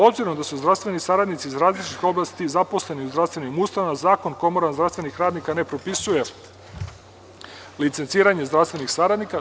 Obzirom da su zdravstveni saradnici iz različitih oblasti zaposleni u zdravstvenim ustanovama, Zakon o komorama zdravstvenih radnika ne propisuje licenciranje zdravstvenih saradnika.